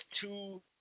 two